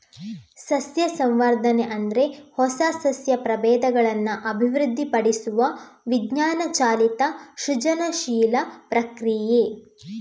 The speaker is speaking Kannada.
ಸಸ್ಯ ಸಂವರ್ಧನೆ ಅಂದ್ರೆ ಹೊಸ ಸಸ್ಯ ಪ್ರಭೇದಗಳನ್ನ ಅಭಿವೃದ್ಧಿಪಡಿಸುವ ವಿಜ್ಞಾನ ಚಾಲಿತ ಸೃಜನಶೀಲ ಪ್ರಕ್ರಿಯೆ